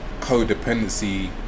codependency